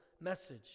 message